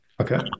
Okay